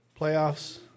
playoffs